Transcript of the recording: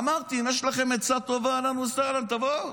אמרתי, אם יש לכם עצה טובה, אהלן וסהלן, תבואו.